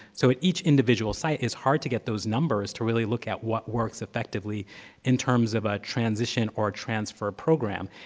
so at each individual site, hard to get those numbers to really look at what works effectively in terms of a transition or a transfer program.